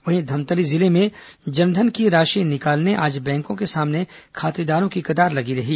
वहीं धमतरी जिले में जन धन की राशि निकालने आज बैंकों के सामने खातेदारों की कतार लगी रही